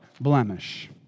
blemish